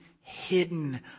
hidden